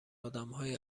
آدمهای